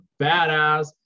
badass